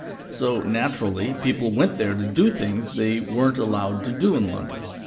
so, naturally, people went there to do things they weren't allowed to do in london.